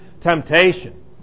temptation